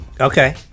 Okay